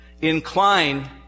Incline